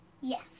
Yes